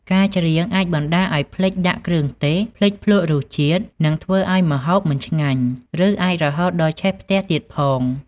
ការច្រៀងអាចបណ្ដាលឱ្យភ្លេចដាក់គ្រឿងទេស ភ្លេចភ្លក្សរសជាតិ និងធ្វើឱ្យម្ហូបមិនឆ្ងាញ់ ឬអាចរហូតដល់ឆេះផ្ទះទៀតផង។